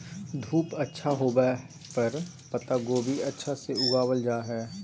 धूप अच्छा होवय पर पत्ता गोभी अच्छा से उगावल जा हय